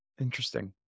interesting